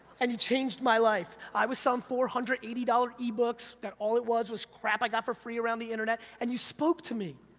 and you changed my life. i was some four hundred and eighty dollars e-books that all it was was crap i got for free around the internet, and you spoke to me,